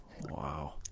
Wow